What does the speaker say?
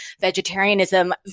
vegetarianism